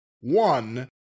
one